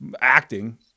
acting